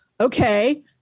okay